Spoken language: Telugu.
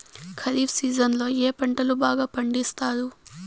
ఖరీఫ్ సీజన్లలో ఏ పంటలు బాగా పండిస్తారు